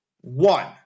One